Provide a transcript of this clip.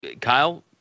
Kyle